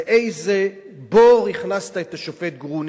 אתה צריך לחשוב לאיזה בור הכנסת את השופט גרוניס.